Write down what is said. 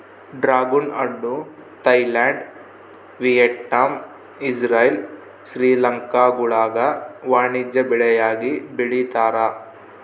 dragon ಹಣ್ಣು Thailand Vietnam Israel ಶ್ರೀಲಂಕಾಗುಳಾಗ ವಾಣಿಜ್ಯ ಬೆಳೆಯಾಗಿ ಬೆಳೀತಾರ